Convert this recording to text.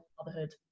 motherhood